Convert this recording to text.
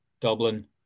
Dublin